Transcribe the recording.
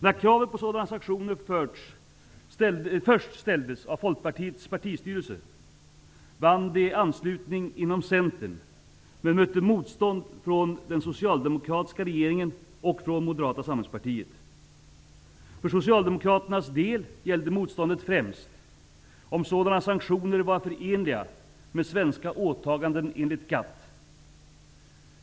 När kravet på sådana sanktioner först ställdes av Centern men mötte motstånd både från den socialdemokratiska regeringen och från Moderata samlingspartiet. För socialdemokraternas del gällde motståndet främst om sådana sanktioner var förenliga med svenska åtaganden enligt GATT.